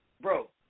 Bro